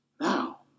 Now